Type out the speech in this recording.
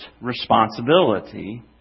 responsibility